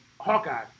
Hawkeye